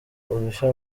udushya